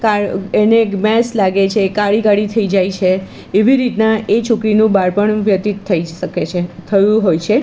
કાળ એને એક મેસ લાગે છે કાળી કાળી થઈ જાય છે એવી રીતના એ છોકરીનું બાળપણ વ્યતીત થઈ શકે છે થયું હોય છે